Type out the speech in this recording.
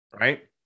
right